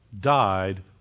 died